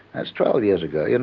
that's twelve years ago, you know,